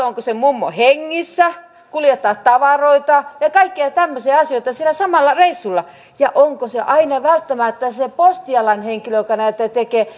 onko se mummo hengissä kuljettaa tavaroita ja tehdä kaikkia tämmöisiä asioita sillä samalla reissulla ja onko se aina välttämättä se se postialan henkilö joka näitä tekee